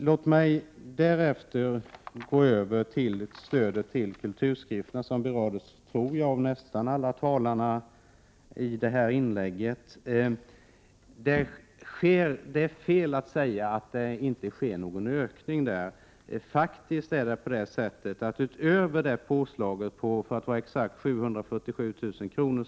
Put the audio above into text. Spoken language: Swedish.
Låt mig därefter gå över till stödet till kulturtidskrifterna, som berörts i nästan alla de tidigare talarnas inlägg. Det är fel att säga att det inte sker någon ökning på den punkten. Utöver det påslag på, för att vara exakt, 747 000 kr.